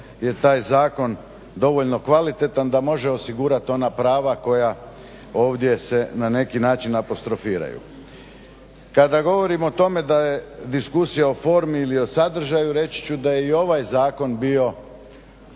je taj zakon dovoljno kvalitetan da može osigurat ona prava koja ovdje se na neki način apostrofiraju. Kada govorimo o tome da je diskusija o formi ili o sadržaju reći ću da je i ovaj zakon bio